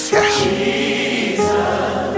Jesus